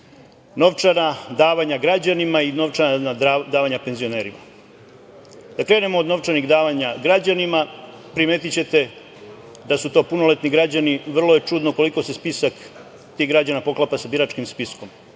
novčana davanja građanima i novčana davanja penzionerima. Da krenemo od novčanih davanja građanima. Primetićete da su to punoletni građani. Vrlo je čudno koliko se spisak tih građana poklapa sa biračkim spiskom.